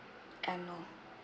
annual